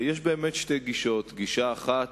יש באמת שתי גישות: גישה אחת,